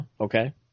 okay